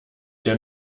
der